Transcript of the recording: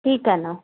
ठीक आहे ना